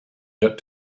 yet